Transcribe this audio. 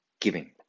giving